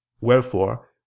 Wherefore